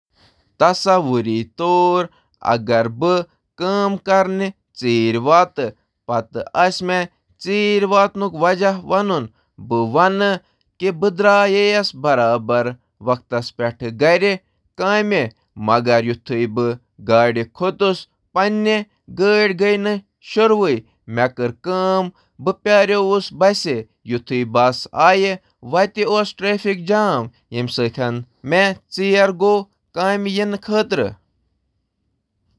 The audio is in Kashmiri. تصور کٔرِو، مےٚ گوٚو أکِس کامہِ ہِنٛدِس میٖٹنٛگس منٛز ژیٖر۔. گۄڈٕ کَرٕ بہٕ تِمن معٲفی۔ تہٕ بہٕ چُھس بیان کران زِ مےٚ کیازِ گوٚو ژیٖر۔ بہٕ چُھس تِمن وَنان زِ میٲنۍ گاڑِ ہیٚچ نہٕ شروٗع کٔرِتھ۔ پتہٕ چھُس بہٕ جام کہِ وجہہ سۭتۍ بسہِ منٛز سوار گژھان، مےٚ گوٚو ژیٖر۔